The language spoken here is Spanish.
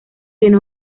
tiene